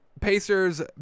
Pacers